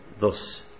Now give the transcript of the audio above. thus